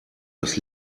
das